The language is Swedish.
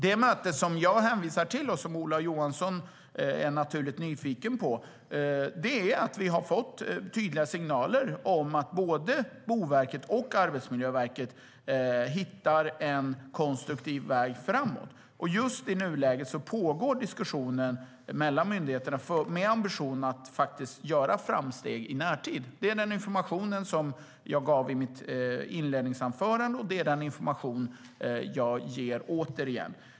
Det möte som jag hänvisar till och som Ola Johansson är naturligt nyfiken på innebär att vi har fått tydliga signaler om att både Boverket och Arbetsmiljöverket hittar en konstruktiv väg framåt. Just i nuläget pågår en diskussion mellan myndigheterna, med ambitionen att göra framsteg i närtid. Det är den information som jag gav i mitt inledningsanförande, och det är den information som jag ger återigen.